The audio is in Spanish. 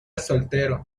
soltero